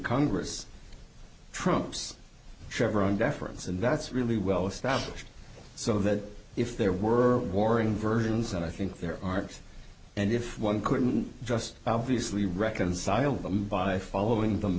congress trumps chevron deference and that's really well established so that if there were warring versions and i think there are and if one couldn't just obviously reconcile them by following them